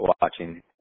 watching